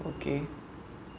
okay